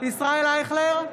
ישראל אייכלר,